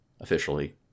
officially